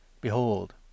behold